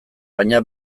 baina